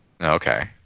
Okay